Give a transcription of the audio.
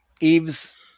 Eve's